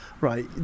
Right